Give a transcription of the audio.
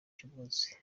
cy’umunsi